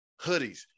hoodies